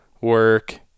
work